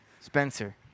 Spencer